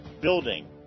building